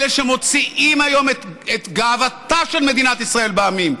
אלה שמוציאים היום את גאוותה של מדינת ישראל בעמים,